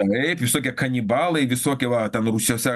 taip visokie kanibalai visokie va ten rūsiuose